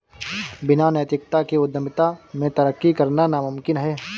बिना नैतिकता के उद्यमिता में तरक्की करना नामुमकिन है